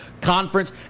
Conference